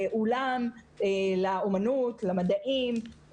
אולם לאמנות ולמדעים,